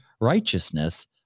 righteousness